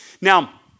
Now